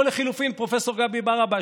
או לחלופין פרופ' גבי ברבש,